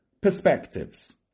perspectives